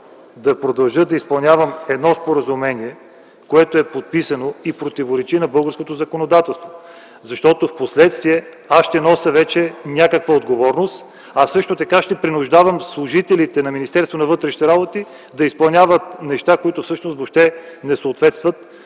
да продължа да изпълнявам едно споразумение, което е подписано и противоречи на българското законодателство, защото впоследствие аз ще нося някаква отговорност, а в също така ще принуждавам служителите на Министерството на вътрешните работи да изпълняват неща, които всъщност въобще не съответстват